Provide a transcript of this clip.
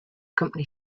company